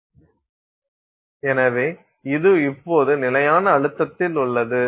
எனவே இது இப்போது நிலையான அழுத்தத்தில் உள்ளது